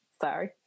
Sorry